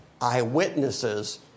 eyewitnesses